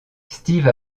steve